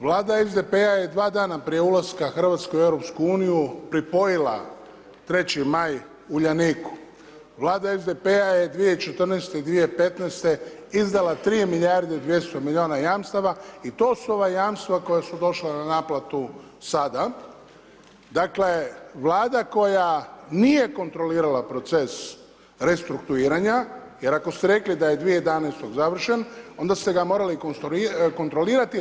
Vlada SDP-a je 2 dana prije ulaska Hrvatske u EU pripojila 3. maj Uljaniku, vlada SDP-a je 2014., 2015. izdala 3 milijarde 200 miliona jamstava i to su ova jamstva koja su došla na naplatu sada, dakle vlada koja nije kontrolirala proces restrukturiranja, jer ako ste rekli da je 2011. završen onda ste ga morali kontrolirati.